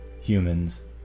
humans